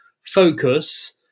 focus